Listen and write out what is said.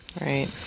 Right